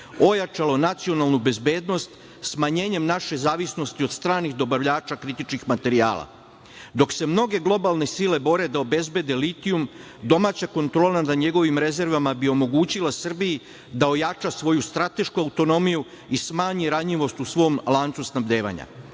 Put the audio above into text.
ojačalo nacionalnu bezbednost smanjenjem naše zavisnosti od stranih dobavljača kritičnih materijala. Dok se mnoge globalne sile bore da obezbede litijum, domaća kontrola nad njegovim rezervama bi omogućila Srbiji da ojača svoju stratešku autonomiju i smanji ranjivost u svom lancu snabdevanja.